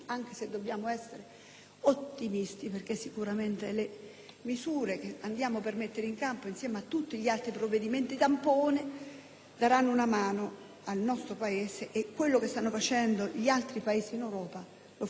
ottimisti, perché sicuramente le misure che stiamo per mettere in campo insieme a tutti gli altri provvedimenti tampone aiuteranno il nostro Paese e quanto stanno facendo gli altri Paesi del nostro continente farà il resto.